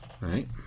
Right